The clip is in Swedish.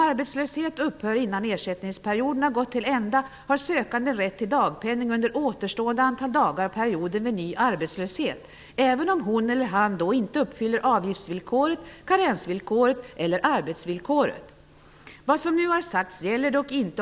Självfallet skall de betalande också ha lika rättigheter oberoende av om de är medlemmar i en privat arbetslöshetskassa eller ej. Regeringsförslaget har enligt min mening både förtjänster och brister.